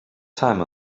time